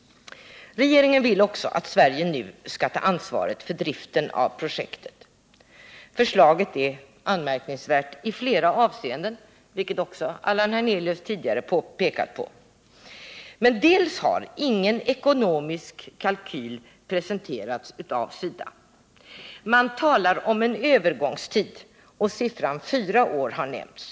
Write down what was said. Regeringen vill nu också att Sverige skall ta ansvaret för driften av projektet. Förslaget är anmärkningsvärt i flera avseenden, vilket också Allan Hernelius tidigare påpekat. Ingen ekonomisk kalkyl har presenterats av SIDA. Man talar om en övergångstid och fyra år har nämnts.